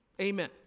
Amen